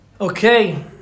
Okay